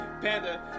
Panda